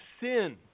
sin